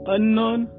Unknown